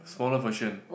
smaller version